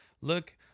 look